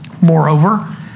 Moreover